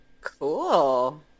Cool